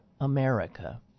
America